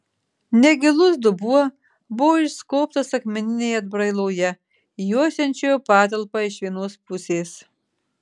negilus dubuo buvo išskobtas akmeninėje atbrailoje juosiančioje patalpą iš vienos pusės